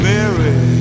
Mary